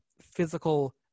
physical